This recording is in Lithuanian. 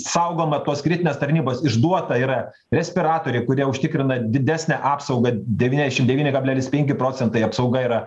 saugoma tos kritinės tarnybos išduota yra respiratoriai kurie užtikrina didesnę apsaugą devyniasdešim devyni kablelis penki procentai apsauga yra